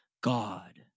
God